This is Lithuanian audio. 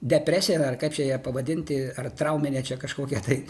depresija ar kaip čia ją pavadinti ar trauminę čia kažkokią tai